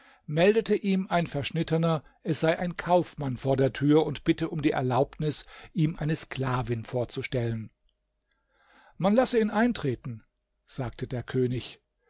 meldete ihm ein verschnittener es sei ein kaufmann vor der tür und bitte um die erlaubnis ihm eine sklavin vorzustellen man lasse ihn eintreten sagte der könig